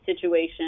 situation